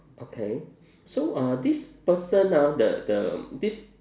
okay so uh this person ah the the this